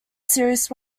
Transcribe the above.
serious